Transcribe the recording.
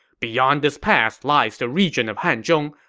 beyond this pass lies the region of hanzhong.